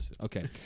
Okay